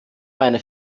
meine